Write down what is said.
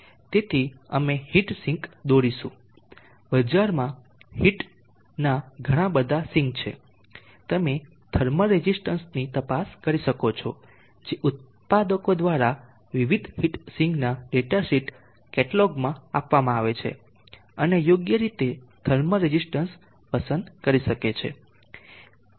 તેથી અમે heat sink દોરીશું બજારમાં હીટના ઘણા બધા સિંક છે તમે થર્મલ રેઝીસ્ટન્સની તપાસ કરી શકો છો જે ઉત્પાદકો દ્વારા વિવિધ હીટ સિંકના ડેટા શીટ કેટલોગમાં આપવામાં આવે છે અને યોગ્ય રીતે થર્મલ રેઝીસ્ટન્સ પસંદ કરી શકે છે